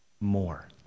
more